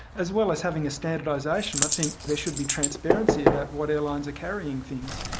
as well as having a standardisation i think there should be transparency about what airlines are carrying things.